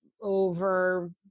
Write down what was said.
over